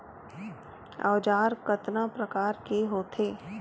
औजार कतना प्रकार के होथे?